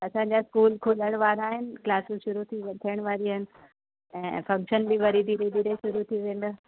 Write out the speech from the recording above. असांजा स्कूल खुलण वारा आहिनि क्लासिस शुरू थी वे थियणु वारी आहिनि ऐं फ़ंक्शन बि वरी धीरे धीरे शुरू थी वेंदा